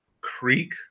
Creek